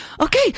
Okay